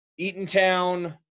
Eatontown